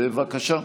בבקשה.